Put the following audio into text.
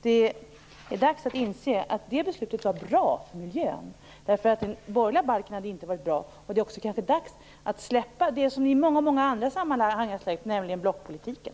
Det är dags att inse att det här beslutet var bra för miljön, Lennart Daléus. Det hade inte den borgerliga balken varit. Det är kanske också dags att släppa det som ni i många andra sammanhang har släppt - nämligen blockpolitiken.